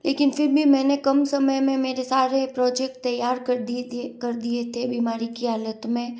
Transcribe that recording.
लेकिन फिर भी मैंने कम समय में मेरे सारे प्रोजेक्ट तैयार कर दिये थे कर दिये थे बीमारी की हालत में